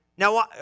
Now